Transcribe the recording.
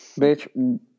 Bitch